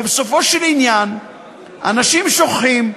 ובסופו של עניין אנשים שוכחים,